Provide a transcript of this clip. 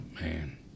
man